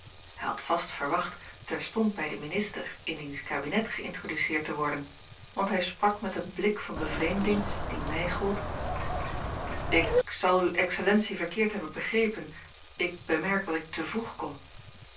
had vast verwacht terstond bij den minister in diens kabinet geïntroduceerd te worden want hij sprak met een blik van bevreemding die mij gold ik zal uwe excellentie verkeerd hebben begrepen ik bemerk dat ik te vroeg kom